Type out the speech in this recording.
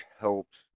helps